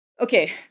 okay